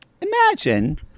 imagine